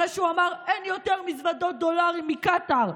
אחרי שהוא אמר: אין יותר מזוודות דולרים מקטאר,